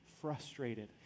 frustrated